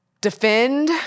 defend